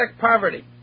poverty